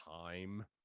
time